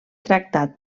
tractat